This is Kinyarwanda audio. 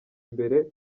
imbere